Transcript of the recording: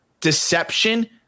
deception